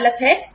क्या गलत है